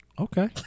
okay